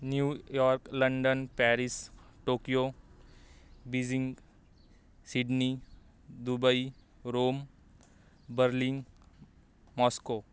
New York London Paris Tokyo Beijing Sydney Dubai Rome Berlin Moscow